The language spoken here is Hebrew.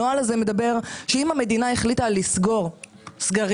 הנוהל הזה מדבר על כך שאם המדינה החליטה לסגור סגרים,